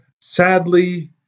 sadly